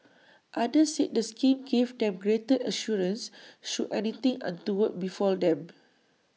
others said the scheme gave them greater assurance should anything untoward befall them